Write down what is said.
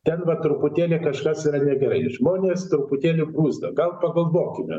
ten va truputėlį kažkas negerai žmonės truputėlį bruzda gal pagalvokime